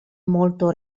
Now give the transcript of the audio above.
molto